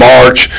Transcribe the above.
March